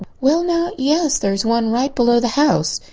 well now, yes, there's one right below the house.